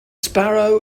sparrow